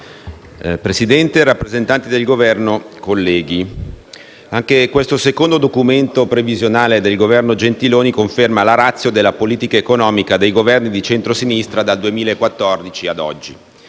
Presidente, rappresentanti del Governo, colleghi, anche questo secondo documento previsionale del Governo Gentiloni Silveri conferma la *ratio* della politica economica dei Governi di centro-sinistra dal 2014 ad oggi.